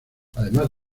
además